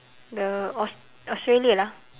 the aust~ australia lah